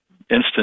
instant